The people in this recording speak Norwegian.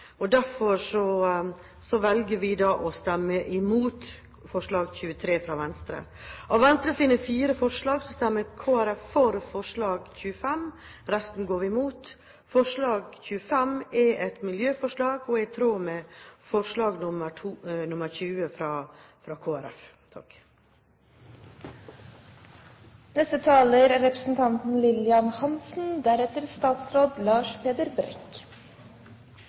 og derfor velger vi å stemme imot forslag nr. 23 fra Venstre. Av Venstres fire forslag stemmer Kristelig Folkeparti for forslag nr. 25. Resten går vi imot. Forslag nr. 25 er et miljøforslag og er i tråd med forslag nr. 20, fra Kristelig Folkeparti. Det som fikk meg til å ta ordet, var representanten